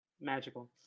magical